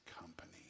company